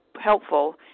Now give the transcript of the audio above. helpful